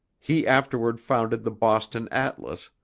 he afterward founded the boston atlas,